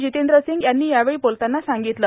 जितेंद्र सिंग यांनी यावेळी बोलताना सांगितलं